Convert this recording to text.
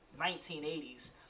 1980s